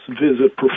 visit